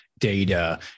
data